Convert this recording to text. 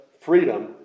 freedom